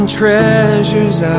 treasures